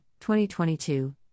2022